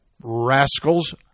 rascals